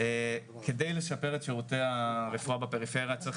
כדי לשפר את שירותי הרפואה בפריפריה צריך